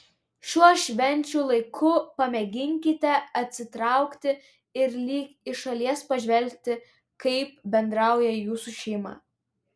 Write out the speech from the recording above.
šiuo švenčių laiku pamėginkite atsitraukti ir lyg iš šalies pažvelgti kaip bendrauja jūsų šeima